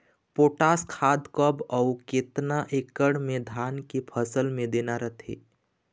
Potash खाद कब अऊ केतना एकड़ मे धान के फसल मे देना रथे?